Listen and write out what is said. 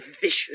vicious